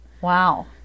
Wow